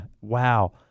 wow